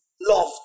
love